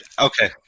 Okay